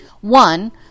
One